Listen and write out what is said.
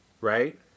Right